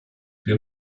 wir